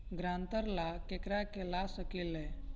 ग्रांतर ला केकरा के ला सकी ले?